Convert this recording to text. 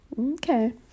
okay